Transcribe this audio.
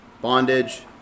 bondage